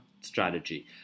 strategy